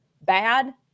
bad